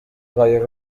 قایق